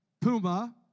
Puma